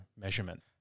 measurement